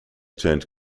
turned